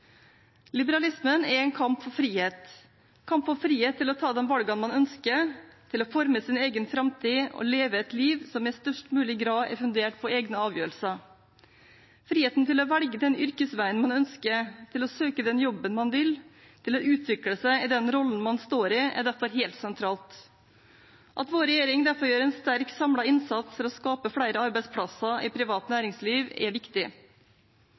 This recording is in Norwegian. Liberalismen er en kamp for frihet – kamp for frihet til å ta de valgene man ønsker, til å forme sin egen framtid og leve et liv som i størst mulig grad er fundert på egne avgjørelser. Friheten til å velge den yrkesveien man ønsker, til å søke den jobben man vil, til å utvikle seg i den rollen man står i, er derfor helt sentral. At vår regjering derfor gjør en sterk, samlet innsats for å skape flere arbeidsplasser i privat næringsliv, er viktig.